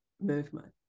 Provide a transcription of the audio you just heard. movement